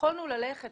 שיכולנו ללכת,